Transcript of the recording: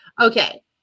Okay